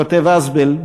כותב אזבל,